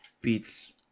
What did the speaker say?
beats